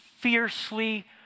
fiercely